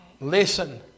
Listen